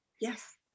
Yes